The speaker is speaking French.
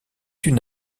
une